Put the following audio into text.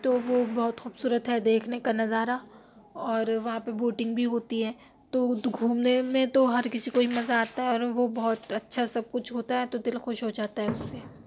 تو وہ بہت خوبصورت ہے دیکھنے کا نظارہ اور وہاں پہ بوٹنگ بھی ہوتی ہیں تو گھومنے میں تو ہر کسی کو ہی مزہ آتا ہے اور وہ بہت اچھا سب کچھ ہوتا ہے تو دِل خوش ہو جاتا ہے اُس سے